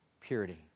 purity